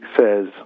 says